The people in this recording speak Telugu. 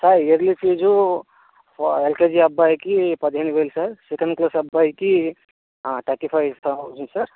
సార్ ఇయర్లీ ఫీజు ఎల్కేజీ అబ్బాయికి పదిహేను వేలు సార్ సెకండ్ క్లాస్ అబ్బాయికి థర్టీ ఫైవ్ థౌసండ్ సార్